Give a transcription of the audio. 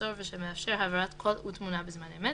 הסוהר ושמאפשר העברת קול ותמונה בזמן אמת,